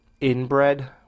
inbred